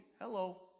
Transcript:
Hello